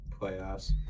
playoffs